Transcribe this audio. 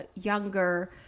younger